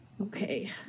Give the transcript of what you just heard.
Okay